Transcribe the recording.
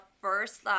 first